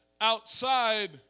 outside